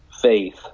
faith